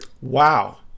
Wow